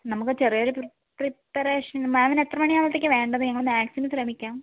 നമുക്ക് ചെറിയൊരു പ്രീപറേഷന് മാമിന് എത്ര മണിയാകുമ്പോഴത്തേക്കാണ് വേണ്ടത് ഞങ്ങൾ മാക്സിമം ശ്രമിക്കാം